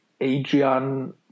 Adrian